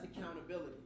accountability